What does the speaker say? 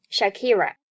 Shakira 。